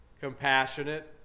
compassionate